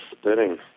spinning